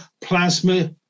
plasma